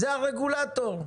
זה הרגולטור.